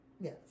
Yes